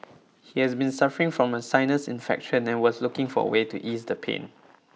he has been suffering from a sinus infection and was looking for way to ease the pain